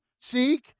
Seek